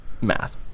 Math